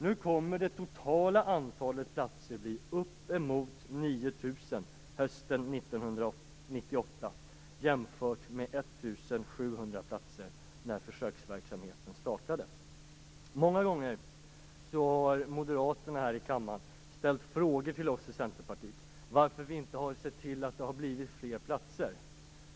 Nu kommer det totala antalet platser att bli upp emot Många gånger har moderaterna här i kammaren ställt frågor till oss i Centerpartiet om varför vi inte har sett till att det har blivit fler platser.